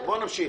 בואו נמשיך.